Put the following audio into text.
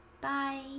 Bye